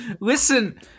Listen